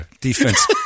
defense